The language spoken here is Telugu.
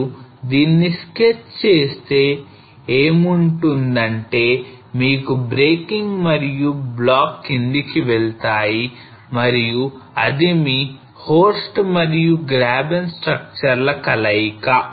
మీరు దీన్ని stretch చేస్తే ఏమూటుందంటే మీకు breaking మరియు బ్లాక్ కిందికి వెళ్తాయి మరియు అది మీ horst మరియు graben స్ట్రక్చర్ ల కలయిక